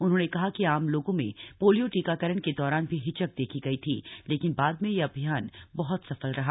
उन्होंने कहा कि आम लोगों में पोलियो टीकाकरण के दौरान भी हिचक देखी गई थी लेकिन बाद में यह अभियान बहत सफल रहा